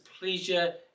pleasure